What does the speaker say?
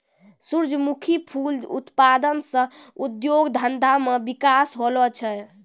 सुरजमुखी फूल उत्पादन से उद्योग धंधा मे बिकास होलो छै